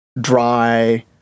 dry